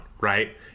right